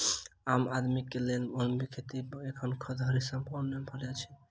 आम आदमीक लेल वन्य जीव खेती एखन धरि संभव नै भेल अछि